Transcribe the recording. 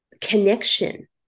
connection